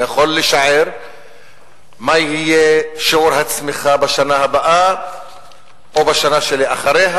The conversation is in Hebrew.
אני יכול לשער מה יהיה שיעור הצמיחה בשנה הבאה או בשנה שלאחריה,